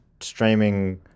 streaming